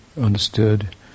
understood